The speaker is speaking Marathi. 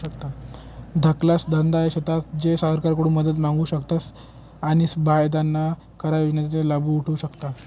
धाकला धंदा त्या शेतस ज्या सरकारकडून मदत मांगू शकतस आणि फायदाना कर योजनासना लाभ उठावु शकतस